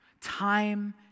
Time